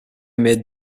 met